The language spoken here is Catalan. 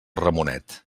ramonet